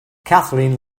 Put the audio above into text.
kathleen